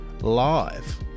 live